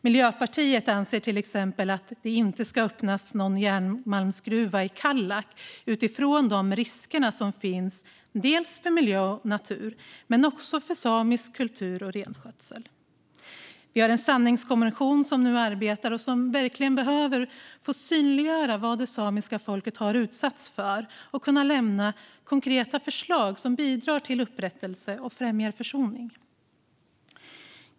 Miljöpartiet anser till exempel att det inte ska öppnas någon järnmalmsgruva i Kallak utifrån de risker som finns för miljö och natur men också för samisk kultur och renskötsel. Vi har en sanningskommission som nu arbetar och som verkligen behöver få synliggöra vad det samiska folket har utsatts för och kunna lämna konkreta förslag som bidrar till upprättelse och främjar försoning.